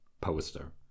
poster